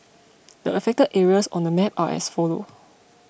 the affected areas on the map are as follow